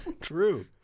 true